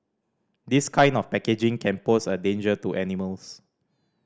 this kind of packaging can pose a danger to animals